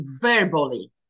verbally